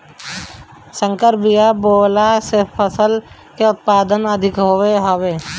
संकर बिया बोअला से फसल के उत्पादन अधिका होत हवे